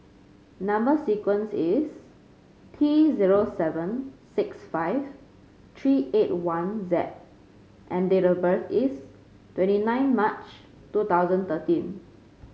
number sequence is T zero seven six five three eight one Z and date of birth is twenty nine March two thousand thirteen